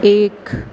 ایک